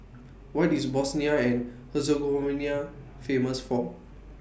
What IS Bosnia and Herzegovina Famous For